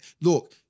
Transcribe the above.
look